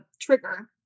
trigger